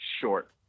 short